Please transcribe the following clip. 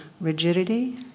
rigidity